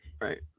Right